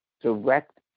direct